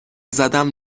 زدم